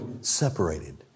separated